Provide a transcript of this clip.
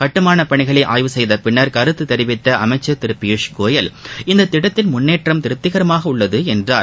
கட்டுமானப் பணிகளை ஆய்வு செய்தபின் கருத்து தெரிவித்த அமைச்சர் திரு பியூஷ் கோயல் இந்தத் திட்டத்தின் முன்னேற்றம் திருப்திகரமாக உள்ளது என்றார்